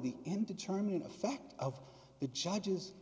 the in determining effect of the judge's